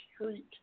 street